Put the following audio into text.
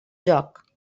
joc